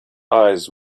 eyes